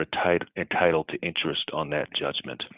retarded entitled to interest on that judgment